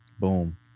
Boom